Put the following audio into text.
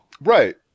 Right